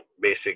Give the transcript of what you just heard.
basic